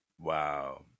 Wow